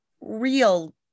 real